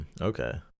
okay